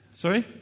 Sorry